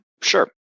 Sure